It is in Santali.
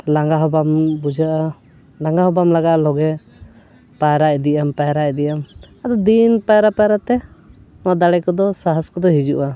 ᱞᱟᱸᱜᱟ ᱦᱚᱸ ᱵᱟᱢ ᱵᱩᱡᱷᱟᱹᱜᱼᱟ ᱞᱟᱸᱜᱟ ᱦᱚᱸ ᱵᱟᱢ ᱞᱟᱸᱜᱟᱜᱼᱟ ᱞᱟᱜᱮ ᱯᱟᱭᱨᱟ ᱤᱫᱤᱜᱼᱟᱢ ᱯᱟᱭᱨᱟ ᱤᱫᱤᱜᱼᱟᱢ ᱟᱫᱚ ᱫᱤᱱ ᱯᱟᱭᱨᱟ ᱯᱟᱭᱨᱟᱛᱮ ᱱᱚᱣᱟ ᱫᱟᱲᱮ ᱠᱚᱫᱚ ᱥᱟᱦᱚᱥ ᱠᱚᱫᱚ ᱦᱤᱡᱩᱜᱼᱟ